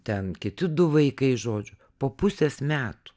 ten kiti du vaikai žodžiu po pusės metų